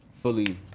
fully